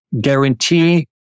guarantee